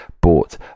bought